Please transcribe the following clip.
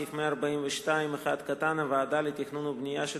סעיף 142(1) (הוועדה לתכנון ובנייה של